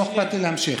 להמשיך.